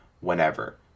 whenever